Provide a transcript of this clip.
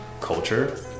culture